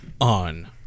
on